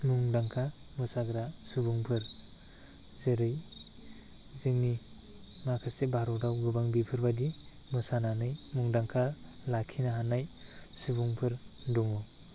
मुंदांखा मोसाग्रा सुबुंफोर जेरै जोंनि माखासे भारतआव गोबां बेफोर बायदि मोसानानै मुंदांखा लाखिनो हानाय सुबुंफोर दङ